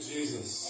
Jesus